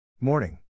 Morning